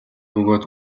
бөгөөд